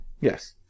Yes